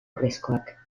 urrezkoak